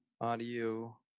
Audio